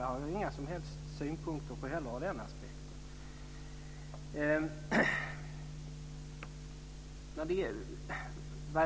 Det har jag inga som helst synpunkter på ur den aspekten.